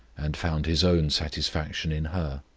and found his own satisfaction in her.